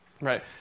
Right